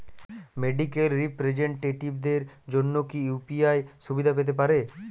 Medical রিপ্রেজন্টেটিভদের জন্য কি ইউ.পি.আই সুবিধা পেতে পারে?